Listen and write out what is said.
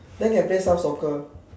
then can play some soccer